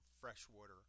freshwater